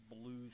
blues